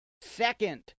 second